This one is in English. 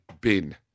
bin